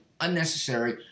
unnecessary